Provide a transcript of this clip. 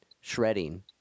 shredding